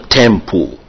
temple